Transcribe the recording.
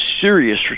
serious